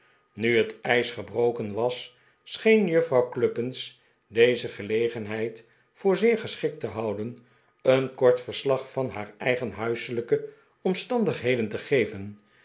nu het ijs gebroken was scheen juffrouw cluppins deze gelegenheid voor zeer geschikt te houden een kort versjag van haar eigen huiselijke omstandigheden te geven